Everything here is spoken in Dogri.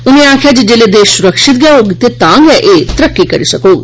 उनें आक्खेआ जेल्ले देश सुरक्षित गै होग ते एह् तरक्की करी सकोग